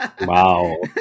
Wow